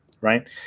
right